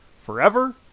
forever